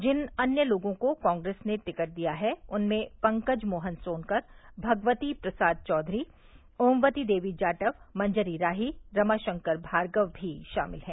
जिन अन्य लोगों को कांग्रेस ने टिकट दिया हैं उनमें पंकज मोहन सोनकर भगवती प्रसाद चौधरी ओमवती देवी जाटव मंजरी राही रमाशंकर भार्गव भी शामिल हैं